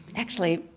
actually,